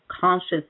conscious